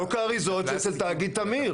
חוק האריזות אצל תאגיד תמיר.